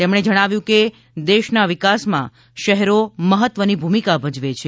તેમણે વધુમાં જણાવ્યું હતું કે દેશના વિકાસમાં શહેરો મહત્વની ભૂમિકા ભજવે છે